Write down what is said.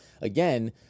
again